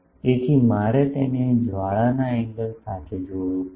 તેથી મારે તેને જ્વાળાના એંગલ સાથે જોડવું પડશે